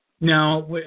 Now